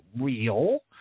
real